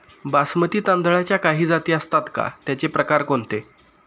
बासमती तांदळाच्या काही जाती असतात का, त्याचे प्रकार कोणते?